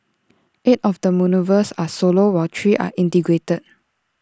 eight of the manoeuvres are solo while three are integrated